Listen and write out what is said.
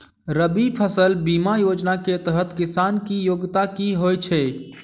रबी फसल बीमा योजना केँ तहत किसान की योग्यता की होइ छै?